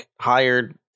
hired